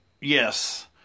Yes